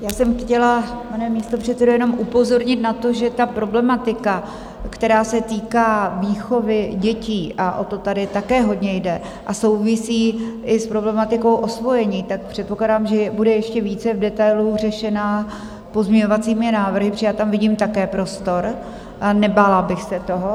Já jsem chtěla, pane místopředsedo, jenom upozornit na to, že problematika, která se týká výchovy dětí, a o to tady také hodně jde a souvisí i s problematikou osvojení, předpokládám, že bude ještě více v detailu řešena pozměňovacími návrhy, protože já tam vidím také prostor a nebála bych se toho.